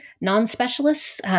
non-specialists